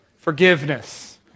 Forgiveness